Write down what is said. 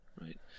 right